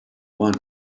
want